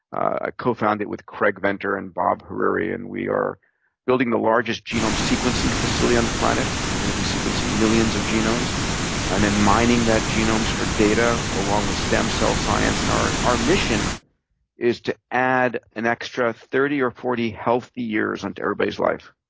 i co-founded with craig venter and bob hariri, and we are building the largest genome sequencing facility on the planet. we're gonna be sequencing millions of genomes and then mining that genomes for data along with stem-cell science, and our our mission is to add an extra thirty or forty healthy years onto everybody's life.